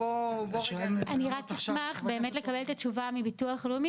אני אשמח לקבל את התשובה מביטוח לאומי